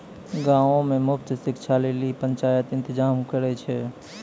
गांवो मे मुफ्त शिक्षा लेली पंचायत इंतजाम करै छै